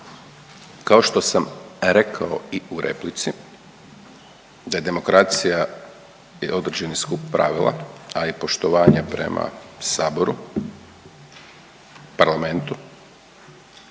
Kao što sam rekao i u replici, da je demokracija je određeni skup pravila, a i poštovanja prema Saboru, parlamentu.